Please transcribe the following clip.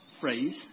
phrase